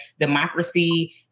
democracy